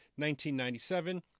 1997